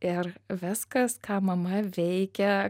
ir viskas ką mama veikia